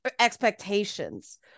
expectations